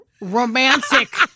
romantic